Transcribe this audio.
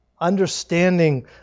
Understanding